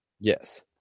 Yes